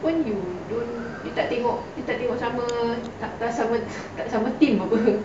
when you detecting walk watch I'm somewhat somewhat team